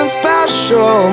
special